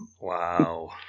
Wow